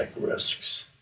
risks